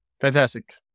fantastic